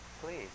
Please